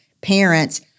parents